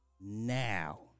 now